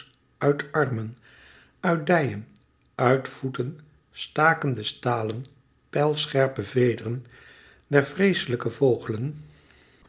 uit armen uit dijen uit voeten staken de stalen pijlscherpe vederen der vreeslijke vogelen